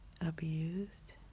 abused